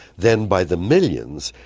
then by the millions,